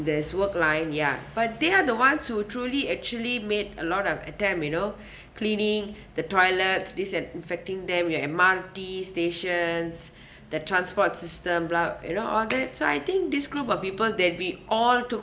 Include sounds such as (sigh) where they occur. this work line ya but they are the ones who truly actually made a lot of attempt you know (breath) cleaning (breath) the toilets disinfecting them your M_R_T stations (breath) that transport system block you know all that so I think this group of people that we all took